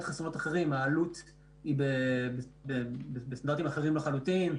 חסרונות אחרים העלות היא בסטנדרטים אחרים לחלוטין.